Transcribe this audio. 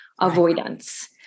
avoidance